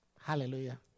Hallelujah